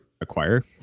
acquire